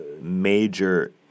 major